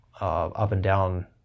up-and-down